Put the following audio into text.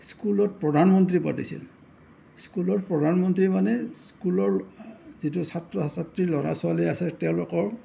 স্কুলত প্ৰধানমন্ত্ৰী পাতিছিল স্কুলত প্ৰধানমন্ত্ৰী মানে স্কুলৰ যিটো ছাত্ৰ ছাত্ৰী ল'ৰা ছোৱালী আছে তেওঁলোকৰ